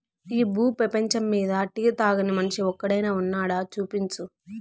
ఈ భూ పేపంచమ్మీద టీ తాగని మనిషి ఒక్కడైనా వున్నాడా, చూపించు